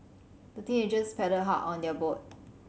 the teenagers paddled hard on their boat